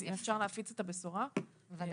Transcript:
אז אם אפשר להפיץ את הבשורה, בשמחה.